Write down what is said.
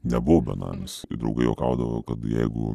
nebuvau benamis draugai juokaudavo kad jeigu